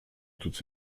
toutes